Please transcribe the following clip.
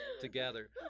together